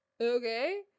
okay